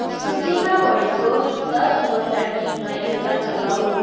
सूचीमा भएको दसवटा गीतमा एउटा चलाउनुहोस्